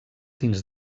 dins